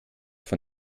von